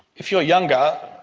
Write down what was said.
if you are younger,